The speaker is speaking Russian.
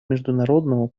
международного